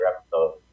episode